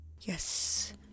Yes